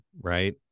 right